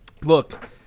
Look